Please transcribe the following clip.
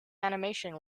animation